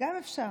גם אפשר.